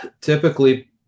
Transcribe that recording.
typically